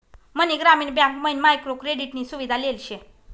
मनी ग्रामीण बँक मयीन micro credit नी सुविधा लेल शे